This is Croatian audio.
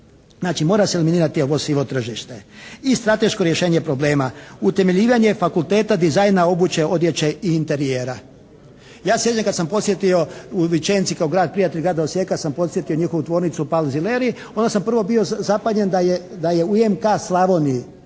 Znači mora se eliminirati ovo sivo tržište. I strateško rješenje problema. Utemeljivanje Fakulteta dizajna obuće, odjeće i interijera. Ja se sjećam kad sam posjetio u Vicenci kao grad prijatelj grada Osijeka sam posjetio njihovu tvornicu "Palzileri" onda sam prvo bio zapanjen da je UMK Slavoniji